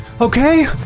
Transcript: okay